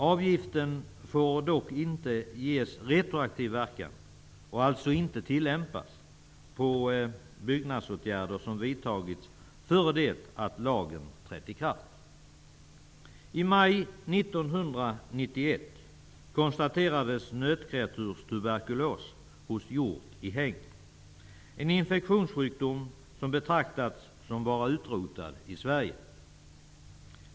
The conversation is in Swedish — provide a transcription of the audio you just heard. Avgiften får dock inte ges retroaktiv verkan och får alltså inte tillämpas på byggnadsåtgärder som vidtagits före det att lagen trätt i kraft. I maj 1991 konstaterades nötkreatursturberkulos hos hjort i hägn -- en infektionssjukdom som betraktats som utrotad i Sverige.